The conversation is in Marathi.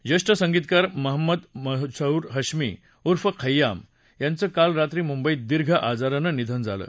ज्येष्ठ संगीतकार महमद जहूर हश्मी उर्फ खय्याम यांचं काल रात्री मुंबईत दीर्घ आजारानं निधन झालं